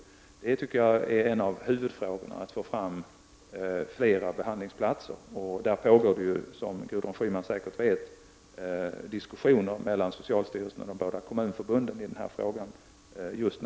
Att få fram fler behandlingsplatser är en av huvudfrågorna. Som Gudrun Schyman säkert vet pågår det just nu diskussioner i denna fråga mellan socialstyrelsen och de båda kommunförbunden.